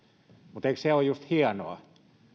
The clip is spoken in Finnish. mutta eikö se ole just hienoa